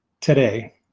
today